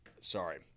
Sorry